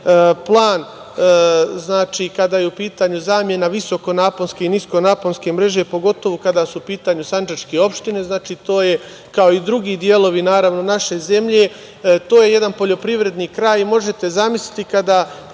plan kada je u pitanju zamena visokonaposke i niskonaponske mreže, pogotovo kada su u pitanju sandžačke opštine? To je, kao i drugi delovi naravno naše zemlje, to je jedan poljoprivredni kraj. Možete zamisliti kada